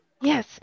Yes